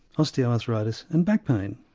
osteoarthritis and back pain.